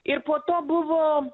ir po to buvo